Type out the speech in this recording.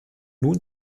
nun